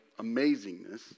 amazingness